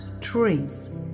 trees